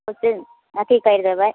किछु अथी कैरि देबै